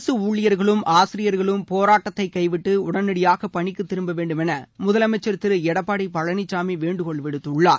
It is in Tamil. அரசு ஊழிபர்களும் ஆசிரியர்களும் போராட்டத்தை கைவிட்டு உடனடியாக பணிக்குத் திரும்ப வேண்டும் திரு எடப்பாடி பழனிசாமி வேண்டுகோள் விடுத்துள்ளார்